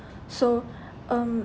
so um